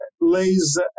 lays